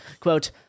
Quote